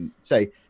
Say